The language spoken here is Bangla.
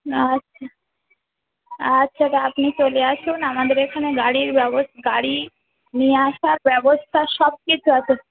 আচ্ছা আচ্ছা তা আপনি চলে আসুন আমাদের এখানে গাড়ির ব্যবস্থা গাড়ি নিয়ে আসার ব্যবস্থা সব কিছু আছে